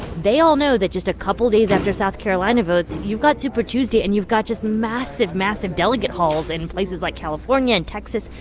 they all know that just a couple days after south carolina votes, you've got super tuesday. and you've got this massive, massive delegate hauls in places like california and texas.